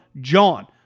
JOHN